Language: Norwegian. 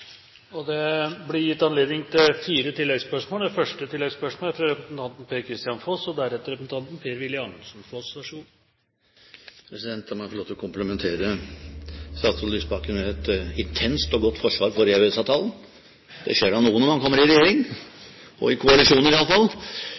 Det blir gitt anledning til fire oppfølgingsspørsmål. Det første oppfølgingsspørsmålet er fra representanten Per-Kristian Foss. La meg få lov til å komplimentere statsråd Lysbakken med et intenst og godt forsvar for EØS-avtalen. Det skjer da noe når man kommer i regjering,